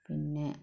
പിന്നെ